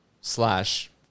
slash